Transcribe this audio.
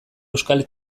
euskal